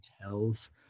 Hotels